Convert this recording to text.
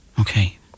Okay